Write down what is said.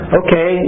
okay